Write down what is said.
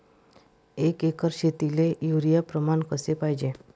एक एकर शेतीले युरिया प्रमान कसे पाहिजे?